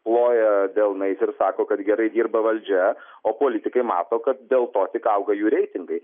ploja delnais ir sako kad gerai dirba valdžia o politikai mato kad dėl to tik auga jų reitingai